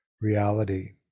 reality